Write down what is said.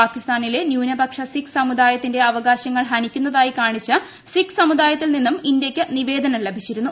പാകിസ്ഥാനിലെ ന്യൂനപക്ഷ സിഖ് സമുദാ്യത്തിന്റെ അവകാശങ്ങൾ ഹനിക്കുന്നതായി കാണിച്ച് സിഖ് സമുദായത്തിൽ നിന്നും ഇന്ത്യയ്ക്ക് നിവേദനം ലഭിച്ചിരുന്നു